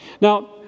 Now